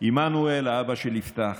עמנואל, האבא של יפתח,